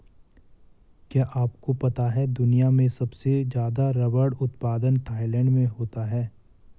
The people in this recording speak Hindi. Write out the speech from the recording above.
क्या आपको पता है दुनिया में सबसे ज़्यादा रबर उत्पादन थाईलैंड में होता है?